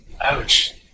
Ouch